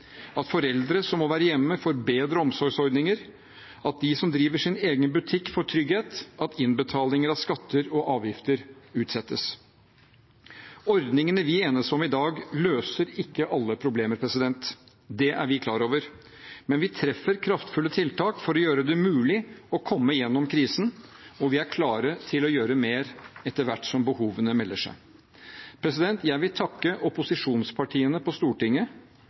at foreldre som må være hjemme, får bedre omsorgsordninger, at de som driver sin egen butikk, får trygghet, at innbetalinger av skatter og avgifter utsettes. Ordningene vi enes om i dag, løser ikke alle problemer – det er vi klar over – men vi treffer kraftfulle tiltak for å gjøre det mulig å komme gjennom krisen, og vi er klare til å gjøre mer etter hvert som behovene melder seg. Jeg vil takke opposisjonspartiene på Stortinget